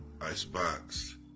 Icebox